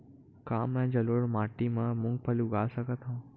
का मैं जलोढ़ माटी म मूंगफली उगा सकत हंव?